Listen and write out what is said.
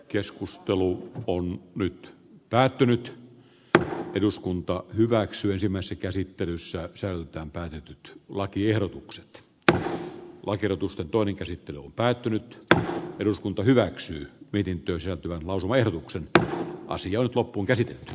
keskustelu on nyt päättynyt että eduskunta hyväksyisimmässä käsittelyssä ja säilytän päätetyt lakiehdotukset dr oikeutusta toinen käsittely on päättynyt tätä eduskunta hyväksyi pidin työstä tulee valtava ehdotuksen että asia on loppuunkäsitelty